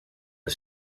the